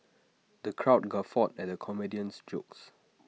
the crowd guffawed at the comedian's jokes